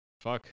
Fuck